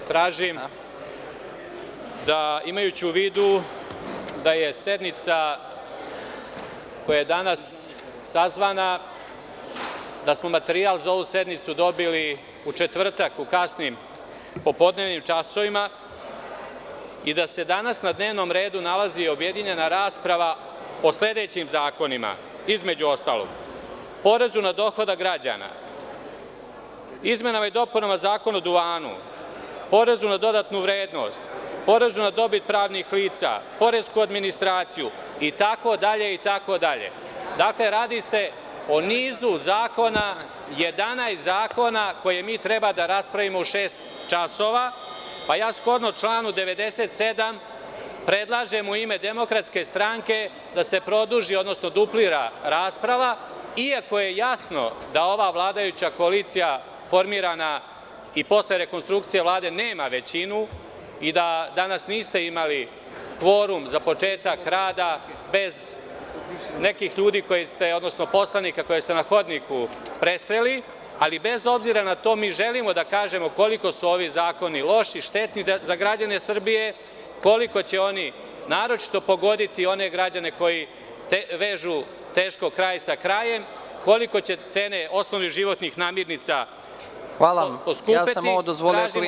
Imajući u vidu da smo materijal za sednicu koja je za danas sazvana dobili u četvrtak u kasnim popodnevnim časovima i da se danas na dnevnom redu nalazi objedinjena rasprava o sledećimzakonima – o porezu na dohodak građana, izmenama i dopunama Zakona o duvanu, porezu na dodatnu vrednost, porezu na dobit pravnih lica, poresku administraciju itd, dakle, radi se o nizu zakona, 11 zakona koje mi treba da raspravimo u čest časova, pa shodno članu 97. predlažem u ime DS da se produži, odnosno da se duplira rasprava, iako je jasno da ova vladajuća koalicija, formirana i posle rekonstrukcije Vlade, nema većinu i da danas niste imali kvorum za početak rada bez nekih ljudi, odnosno poslanika koje ste na hodniku presreli, ali, bez obzira na to, mi želimo da kažemo koliko su ovi zakoni loši, štetni za građane Srbije, koliko će oni naročito pogoditi one građane koji vežu teško kraj sa krajem, koliko će cene osnovnih životnih namirnica poskupeti.